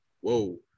whoa